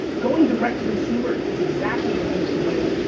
going direct to consumer is exactly what you should do,